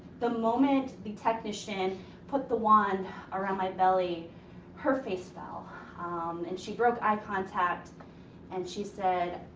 the moment the technician put the wand around my belly her face fell um and she broke eye contact and she said,